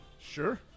Sure